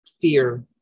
fear